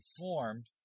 informed